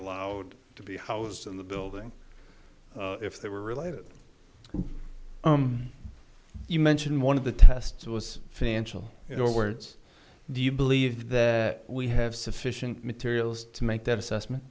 allowed to be housed in the building if they were related you mentioned one of the tests was financial you know words do you believe that we have sufficient materials to make that assessment